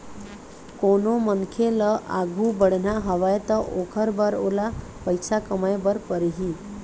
कोनो मनखे ल आघु बढ़ना हवय त ओखर बर ओला पइसा कमाए बर परही